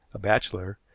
a bachelor,